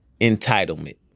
Entitlement